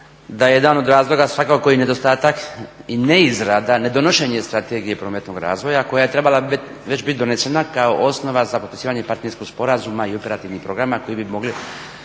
da je jedan od razloga svakako i nedostatak i neizrada, nedonošenje Strategije prometnog razvoja koja je već trebala bit donesena kao osnova za potpisivanje partnerskog sporazuma i operativnih programa koji bi mogli